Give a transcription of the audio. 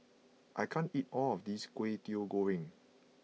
I can't eat all of this Kway Teow Goreng